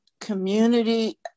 community